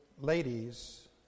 ladies